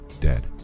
Dead